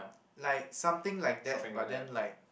like something like that but then like